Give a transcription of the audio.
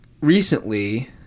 Recently